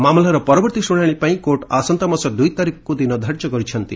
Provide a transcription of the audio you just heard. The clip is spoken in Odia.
ମାମଲାର ପରବର୍ତ୍ତୀ ଶୁଣାଶି ପାଇଁ କୋର୍ଟ ଆସନ୍ତାମାସ ଦୁଇତାରିଖକୁ ଦିନଧାର୍ଯ୍ୟ କରିଛନ୍ତି